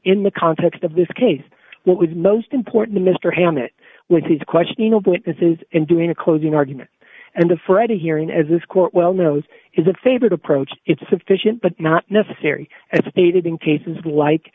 in the context of this case what was most important to mr hammett was his questioning of witnesses and doing a closing argument and the freddie hearing as this court well knows is a favorite approach it's sufficient but not necessary as stated in cases like